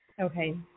Okay